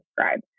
subscribe